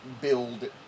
build